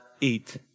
eat